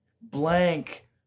blank